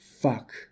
Fuck